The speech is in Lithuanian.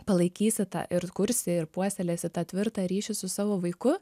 palaikysi tą ir kursi ir puoselėsi tą tvirtą ryšį su savo vaiku